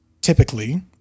typically